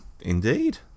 Indeed